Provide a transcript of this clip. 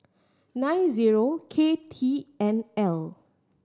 nine zero K T N L